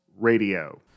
Radio